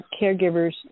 caregivers